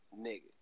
nigga